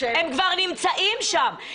הם כבר נמצאים שם.